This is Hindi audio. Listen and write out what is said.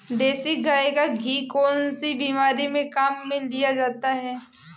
देसी गाय का घी कौनसी बीमारी में काम में लिया जाता है?